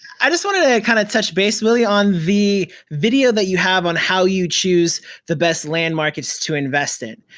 i just wanted to kind of touch base, willie, on the video that you have on how you choose the best land markets to invest in.